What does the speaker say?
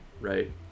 right